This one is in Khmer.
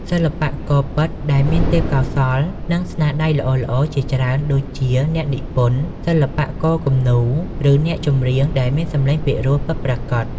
សិល្បករពិតដែលមានទេពកោសល្យ និងស្នាដៃល្អៗជាច្រើនដូចជាអ្នកនិពន្ធ សិល្បករគំនូរ ឬអ្នកចម្រៀងដែលមានសំឡេងពិរោះពិតប្រាកដ។